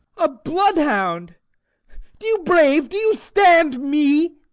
a bloodhound do you brave, do you stand me?